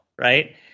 right